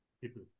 people